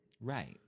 Right